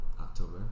October